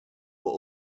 were